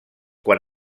quan